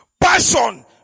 Passion